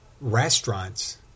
restaurants